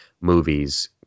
movies